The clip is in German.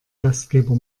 gastgeber